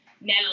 Now